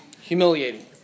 Humiliating